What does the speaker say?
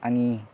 आंनि